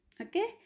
Okay